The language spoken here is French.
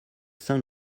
saint